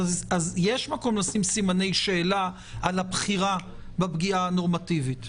אז יש מקום לשים סימני שאלה על הבחירה בפגיעה הנורמטיבית.